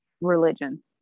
religion